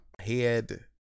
head